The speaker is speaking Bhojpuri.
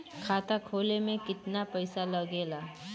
खाता खोले में कितना पईसा लगेला?